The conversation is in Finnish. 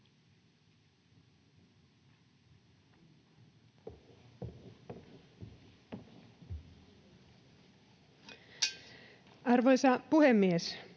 Arvoisa puhemies!